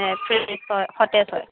নে ফ্ৰেছ হয় সতেজ হয়